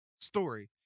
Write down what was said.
story